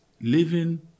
living